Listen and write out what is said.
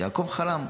יעקב חלם,